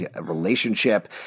relationship